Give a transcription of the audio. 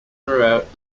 throughout